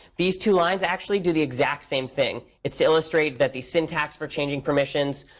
these two lines actually do the exact same thing. it's to illustrate that the syntax for changing permissions,